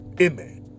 Amen